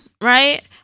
right